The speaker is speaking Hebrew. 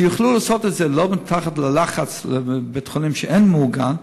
שיוכלו לעשות את זה לא תחת לחץ בבית-חולים שאינו ממוגן,